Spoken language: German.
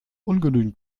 ungenügend